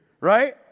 right